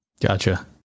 Gotcha